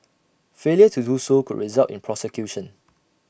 failure to do so could result in prosecution